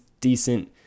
decent